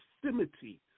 proximity